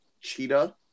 Cheetah